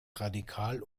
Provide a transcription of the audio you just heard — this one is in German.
radikal